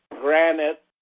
granite